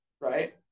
right